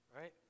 right